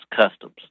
customs